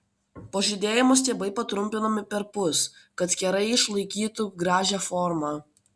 po žydėjimo stiebai patrumpinami perpus kad kerai išlaikytų gražią formą